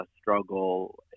struggle